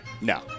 no